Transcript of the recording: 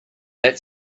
that